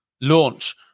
launch